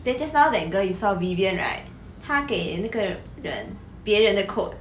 then just now that girl you saw vivian right 他给那个人别人的 code